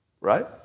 Right